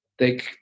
take